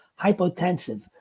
hypotensive